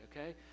okay